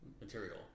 material